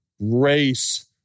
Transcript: race